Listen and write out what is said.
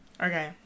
Okay